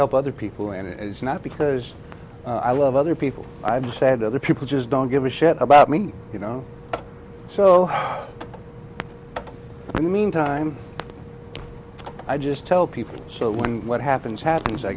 help other people and it's not because i love other people i've said other people just don't give a shit about me you know so i mean time i just tell people so what happens happens i